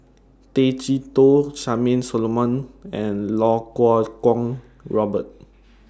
Tay Chee Toh Charmaine Solomon and Iau Kuo Kwong Robert